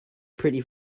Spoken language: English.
pretty